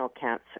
cancer